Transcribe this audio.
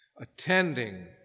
attending